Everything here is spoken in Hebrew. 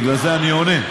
בגלל זה אני עונה,